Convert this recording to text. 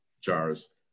jars